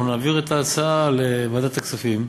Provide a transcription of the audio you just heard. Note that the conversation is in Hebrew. אנחנו נעביר את ההצעה לוועדת הכספים,